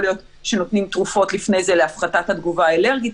להיות שנותנים תרופות לפני זה להפחתת התגובה האלרגית.